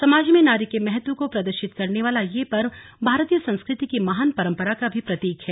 समाज में नारी के महत्व को प्रदर्शित करने वाला यह पर्व भारतीय संस्कृति की महान परम्परा का भी प्रतीक है